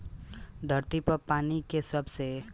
धरती पर पानी के सबसे निमन स्रोत बरखा के पानी होला